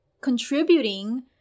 contributing